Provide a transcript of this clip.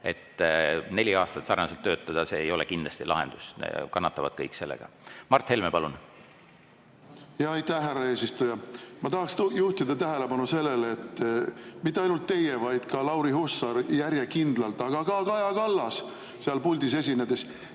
Neli aastat sarnaselt töötada ei ole kindlasti lahendus. Sellega kannatavad kõik. Mart Helme, palun! Aitäh, härra eesistuja! Ma tahaksin juhtida tähelepanu sellele, et mitte ainult teie, vaid ka Lauri Hussar kasutab ja ka Kaja Kallas seal puldis esinedes